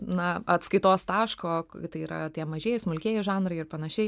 na atskaitos taško tai yra tie mažieji smulkieji žanrai ir panašiai